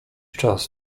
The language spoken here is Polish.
czas